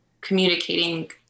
communicating